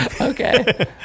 Okay